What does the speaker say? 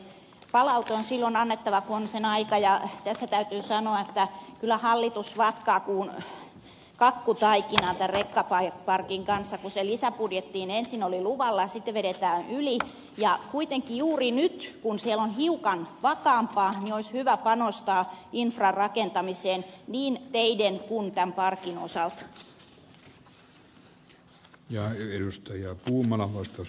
palaute on silloin annettava kun on sen aika ja tässä täytyy sanoa että kyllä hallitus vatkaa kuin kakkutaikinaa tämän rekkaparkin kanssa kun se lisäbudjettiin ensin oli luvalla ja sitten vedetään yli ja kuitenkin juuri nyt kun siellä on hiukan vakaampaa olisi hyvä panostaa infran rakentamiseen niin teiden kuin tämän parkin osalta